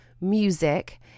music